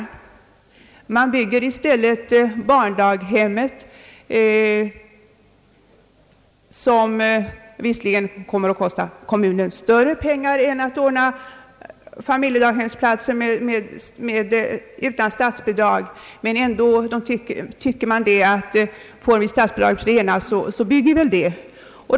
Kommunen låter bygga barndaghem, som visserligen kommer att kosta kommunen mer pengar än att ordna familjedagplatser utan statsbidrag, därför att man ändå tycker, att får man statsbidrag för ändamålet så bör man väl också bygga.